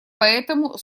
поэтому